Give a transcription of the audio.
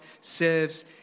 serves